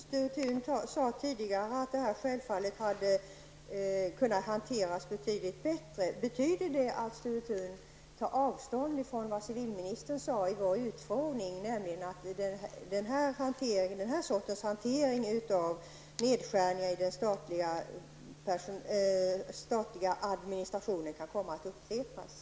Herr talman! Sture Thun sade tidigare att detta självfallet hade kunnat hanteras betydligt bättre. Betyder det att Sture Thun tar avstånd från vad civilministern sade i vår utfrågning, nämligen att den här sortens hantering av nedskärningar i den statliga administrationen kan komma att upprepas?